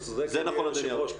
שאני פה.